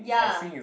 ya